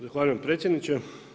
Zahvaljujem predsjedniče.